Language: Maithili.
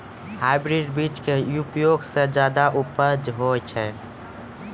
हाइब्रिड बीज के उपयोग सॅ ज्यादा उपज होय छै